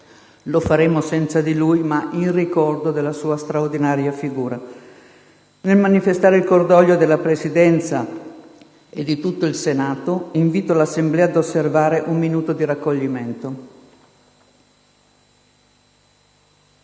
lo faremo senza di lui, ma in ricordo della sua straordinaria figura. Nel manifestare il cordoglio della Presidenza e di tutto il Senato, invito l'Assemblea ad osservare un minuto di raccoglimento.